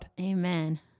Amen